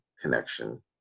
connection